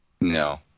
No